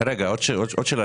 עוד שאלה,